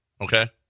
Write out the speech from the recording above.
okay